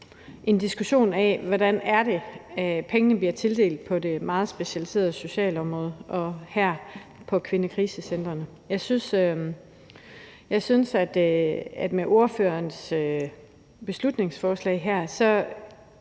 en diskussion af, hvordan det er, pengene bliver tildelt på det meget specialiserede socialområde og her på kvindekrisecentrene. Jeg synes, at med ordførerens beslutningsforslag her er